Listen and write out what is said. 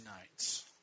nights